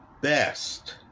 best